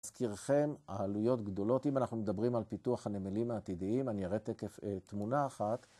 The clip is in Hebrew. אזכירכם, העלויות גדולות. אם אנחנו מדברים על פיתוח הנמלים העתידיים, אני אראה תכף, אה... תמונה אחת...